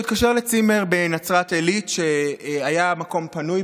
הוא התקשר לצימר בנצרת עילית שהיה בו מקום פנוי